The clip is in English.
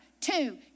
Two